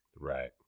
Right